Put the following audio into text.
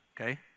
okay